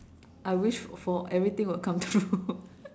I wish for everything will come true